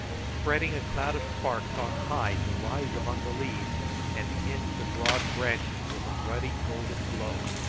spreading a cloud of sparks on high to rise among the leaves and tinge the broad branches with a ruddy golden glow.